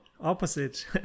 opposite